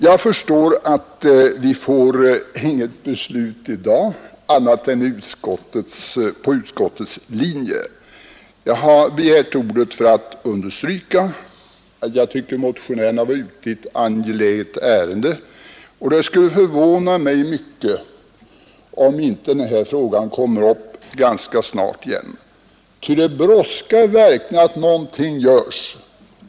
Jag förstår att vi inte får något beslut i dag annat än på utskottets linje. Jag har begärt ordet för att understryka att jag tycker att motionärerna varit ute i ett angeläget ärende. Det skulle förvåna mig mycket om inte den här frågan kommer upp ganska snart igen, ty det brådskar verkligen att någonting görs.